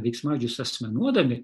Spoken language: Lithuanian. veiksmažodžius asmenuodami